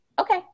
Okay